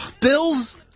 Bills